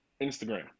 instagram